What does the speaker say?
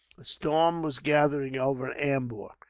a storm was gathering over ambur.